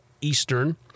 Eastern